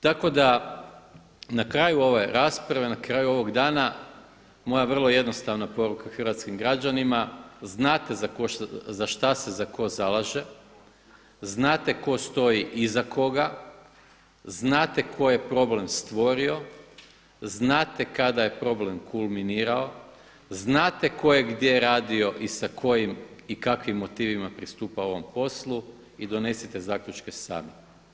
Tako da na kraju ove rasprave, na kraju ovog dana moja vrlo jednostavna poruka hrvatskim građanima znate za šta se tko zalaže, znate tko stoji iza koga, znate tko je problem stvorio, znate kada je problem kulminirao, znate tko je gdje radio i sa kojim i kakvim motivima pristupao ovom poslu i donesite zaključke sami.